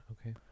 okay